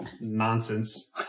nonsense